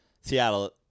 Seattle –